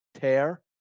tear-